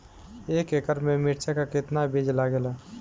एक एकड़ में मिर्चा का कितना बीज लागेला?